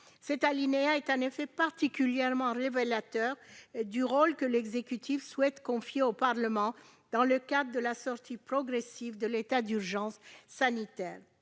cet alinéa est particulièrement révélateur du rôle que l'exécutif souhaite confier au Parlement dans le cadre de la sortie progressive de l'état d'urgence sanitaire.